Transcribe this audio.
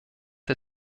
der